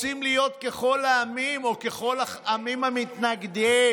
רוצים להיות ככל העמים, או ככל העמים המתנגדים.